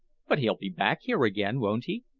but he'll be back here again, won't he?